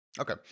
Okay